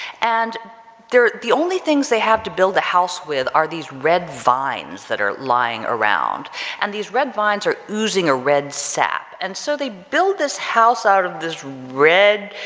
and they're, the only things they have to build a house with are these red vines that are lying around and these red vines are oozing a red sap. and so they build this house out of this red,